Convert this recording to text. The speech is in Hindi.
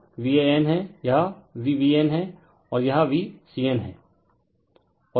यह VAN है यह v BN है और यह VCN है